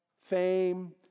fame